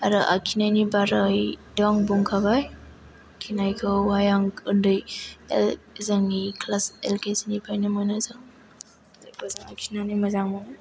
आरो आखिनायनि बारैथ' आं बुंखाबाय आखिनायखौहाय आं उन्दै जोंनि क्लास एल के जि निफायनो मोनो जों बिखौ आं आखिनानै मोजां मोनो